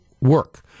work